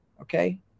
Okay